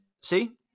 See